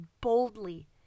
boldly